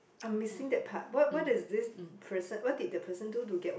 I missing that part what what is this person what did the person do to get one